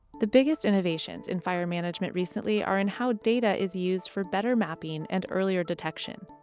the biggest innovations in fire management recently are in how data is used for better mapping and earlier detection.